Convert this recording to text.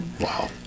Wow